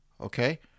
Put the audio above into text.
Okay